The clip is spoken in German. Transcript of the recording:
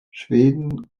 schweden